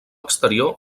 exterior